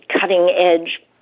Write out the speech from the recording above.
cutting-edge